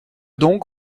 donc